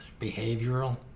behavioral